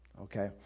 Okay